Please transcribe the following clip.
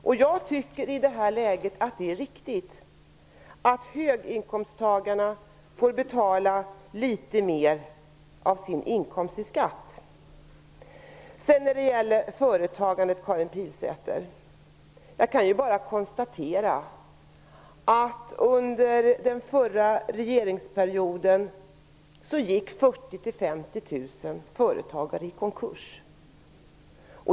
I det här läget tycker jag att det är riktigt att höginkomsttagarna får betala litet mer av sin inkomst i skatt. Sedan när det gäller företagandet, Karin Pilsäter, kan jag bara konstatera att under den förra regeringsperioden var det 40 000 50 000 företag som gick i konkurs.